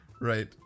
Right